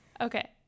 Okay